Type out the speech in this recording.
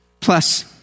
Plus